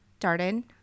Darden